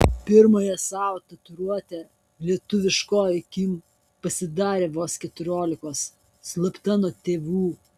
pirmąją savo tatuiruotę lietuviškoji kim pasidarė vos keturiolikos slapta nuo tėvų